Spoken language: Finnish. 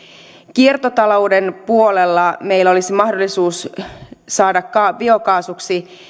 kiertotalouden puolella meillä olisi mahdollisuus saada biokaasua